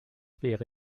wäre